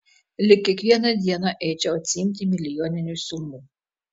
lyg kiekvieną dieną eičiau atsiimti milijoninių sumų